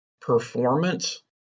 performance